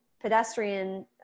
pedestrian